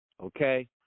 okay